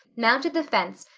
mounted the fence,